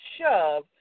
shove